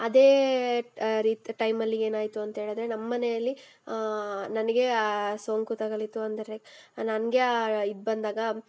ಅದೇ ರೀತಿ ಟೈಮಲ್ಲಿ ಏನಾಯಿತು ಅಂಥೇಳಿದರೆ ನಮ್ಮ ಮನೆಯಲ್ಲಿ ನನಗೆ ಆ ಸೋಂಕು ತಗುಲಿತು ಅಂದರೆ ಲೈಕ್ ನನಗೆ ಆ ಇದು ಬಂದಾಗ